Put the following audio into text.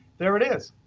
there it is.